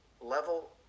level